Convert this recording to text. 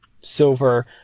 silver